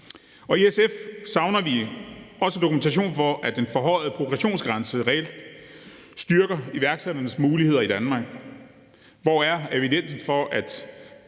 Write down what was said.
I SF savner vi også dokumentation for, at den forhøjede progressionsgrænse reelt styrker iværksætternes muligheder i Danmark. Hvor er evidensen for, at